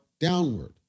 downward